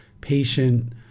patient